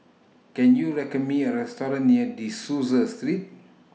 Can YOU Me A Restaurant near De Souza Street